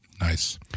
nice